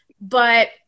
but-